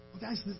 Guys